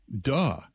Duh